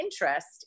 interest